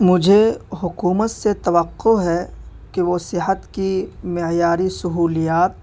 مجھے حکومت سے توقع ہے کہ وہ صحت کی معیاری سہولیات